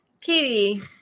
Katie